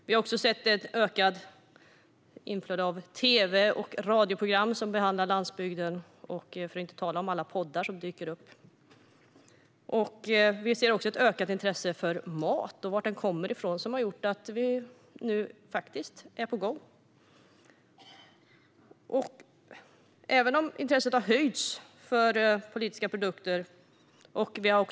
Vi har sett ett ökat inflöde av tv och radioprogram som behandlar landsbygden, för att inte tala om alla poddar som dyker upp. Vi ser också ett ökat intresse för mat och var den kommer ifrån. Det har gjort att vi nu är på gång. Även intresset för politiska produkter har höjts.